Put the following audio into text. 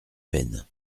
peine